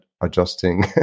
adjusting